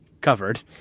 covered